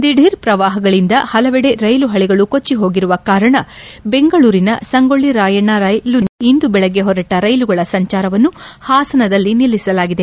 ದಿಢೀರ್ ಪ್ರವಾಹಗಳಂದ ಹಲವೆಡೆ ಕೈಲು ಹಳಗಳು ಕೊಟ್ಟಹೋಗಿರುವ ಕಾರಣ ಬೆಂಗಳೂರಿನ ಸಂಗೋಳ ರಾಯಣ್ಣ ರೈಲು ನಿಲ್ದಾಣದಿಂದ ಇಂದು ಬೆಳಗ್ಗೆ ಹೊರಟ ರೈಲುಗಳ ಸಂಚಾರವನ್ನು ಹಾಸನದಲ್ಲಿ ನಿಲ್ಲಿಸಲಾಗಿದೆ